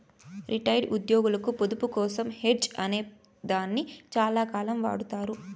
retired ఉద్యోగులకు పొదుపు కోసం హెడ్జ్ అనే దాన్ని చాలాకాలం వాడతారు